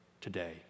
today